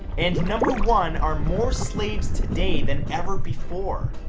and number one, are more slaves today than ever before.